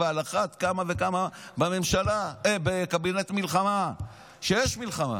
ועל אחת כמה וכמה מקבינט המלחמה כשיש מלחמה.